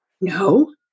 No